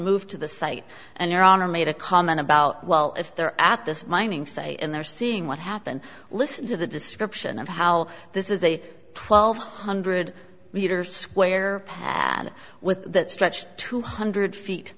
moved to the site and your honor made a comment about well if they're at this mining say and they're seeing what happened listen to the description of how this is a twelve hundred metres square pad with that stretched two hundred feet